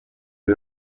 uri